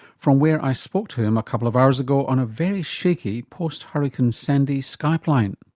from where i spoke to him a couple of hours ago on a very shaky post-hurricane sandy skype line.